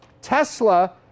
Tesla